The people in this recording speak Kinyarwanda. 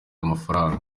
amafaranga